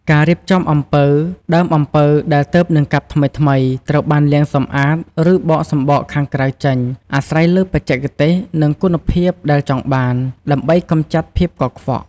ការរៀបចំអំពៅ ដើមអំពៅដែលទើបនឹងកាប់ថ្មីៗ ត្រូវបានលាងសម្អាត ឬបកសម្បកខាងក្រៅចេញ អាស្រ័យលើបច្ចេកទេស និងគុណភាពដែលចង់បាន ដើម្បីកម្ចាត់ភាពកខ្វក់។